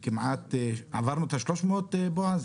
עברנו את ה-300, בועז?